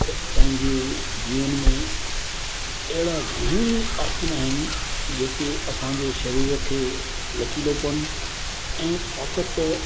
तंहिंजे जीवन में अहिड़ा घणा ई आसन आहिनि जेके असांजे शरीर खे लचीलोपन ऐं ताक़त